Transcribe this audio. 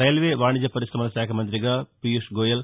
railway వాణిజ్య పరిశమల శాఖ మంత్రిగా పీయూష్ గోయల్